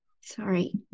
Sorry